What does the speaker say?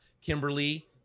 Kimberly